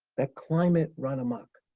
that climate run amuck.